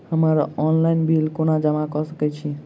हम्मर online bill कोना जमा कऽ सकय छी?